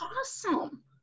awesome